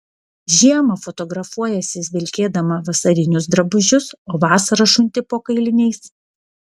žiemą fotografuojiesi vilkėdama vasarinius drabužius o vasarą šunti po kailiniais